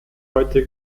heute